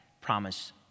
promise